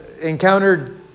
encountered